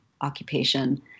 occupation